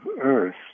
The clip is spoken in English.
Earth